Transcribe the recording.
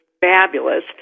fabulous